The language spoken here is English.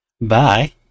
Bye